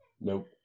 nope